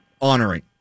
honoring